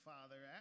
Father